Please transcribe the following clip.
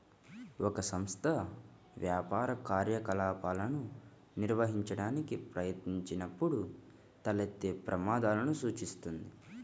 ఒక సంస్థ వ్యాపార కార్యకలాపాలను నిర్వహించడానికి ప్రయత్నించినప్పుడు తలెత్తే ప్రమాదాలను సూచిస్తుంది